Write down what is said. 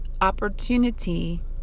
opportunity